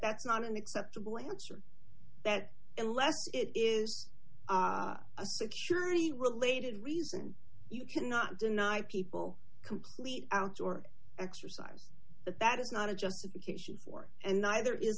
that's not an acceptable answer that unless it is a security related reason you cannot deny people complete outdoor exercise but that is not a justification for and neither is